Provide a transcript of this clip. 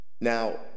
Now